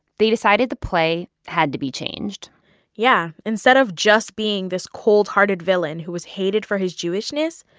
they decided the play had to be changed yeah. instead of just being this cold-hearted villain who was hated for his jewishness,